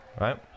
right